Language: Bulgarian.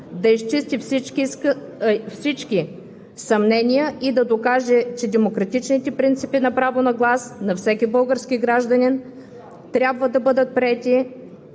да изчисти всички съмнения и да докаже, че демократичният принцип на право на глас на всеки български гражданин трябва да бъде приет